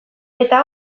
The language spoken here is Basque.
eta